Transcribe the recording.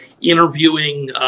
interviewing